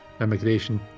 immigration